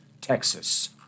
Texas